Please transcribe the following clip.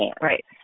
Right